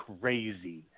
crazy